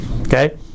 Okay